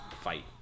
fight